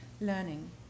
learning